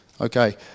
okay